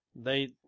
they-